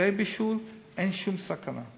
אחרי בישול אין שום סכנה.